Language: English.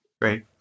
Great